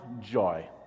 joy